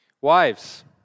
Wives